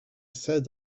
said